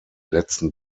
letzten